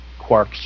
quarks